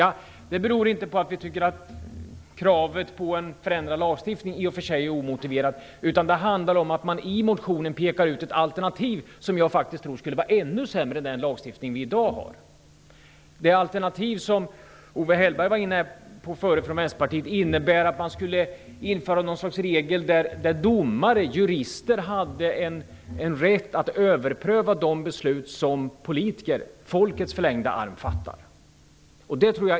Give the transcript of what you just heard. Ja, det beror inte på att vi anser att kravet på en förändrad lagstiftning är omotiverat, utan det beror på att man i motionen pekar ut ett alternativ som skulle vara ännu sämre med den lagstiftning som vi i dag har. Det alternativ som Owe Hellberg från Vänsterpartiet tidigare var inne på innebär att man skulle införa en regel där jurister hade en rätt att överpröva de beslut som politiker - folkets förlängda arm - fattar.